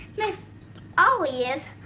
miss ah molly is,